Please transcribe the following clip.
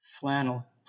flannel